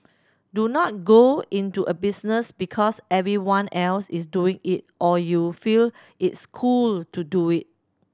do not go into a business because everyone else is doing it or you feel it's cool to do it